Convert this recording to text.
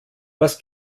was